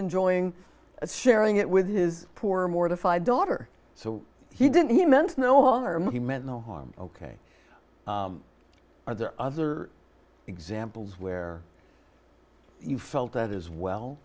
enjoying sharing it with his poor mortified daughter so he didn't he meant no harm he meant no harm ok are there other examples where you felt that as